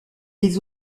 les